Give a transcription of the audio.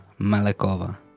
Malekova